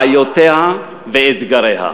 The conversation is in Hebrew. בעיותיה ואתגריה.